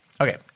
Okay